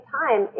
time